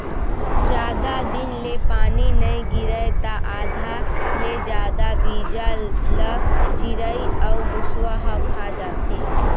जादा दिन ले पानी नइ गिरय त आधा ले जादा बीजा ल चिरई अउ मूसवा ह खा जाथे